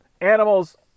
Animals